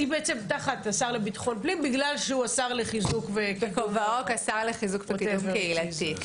השר לביטחון הפנים מכיוון שהוא השר לחיזוק ולקידום קהילתי.